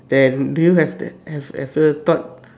then do you have that have ever thought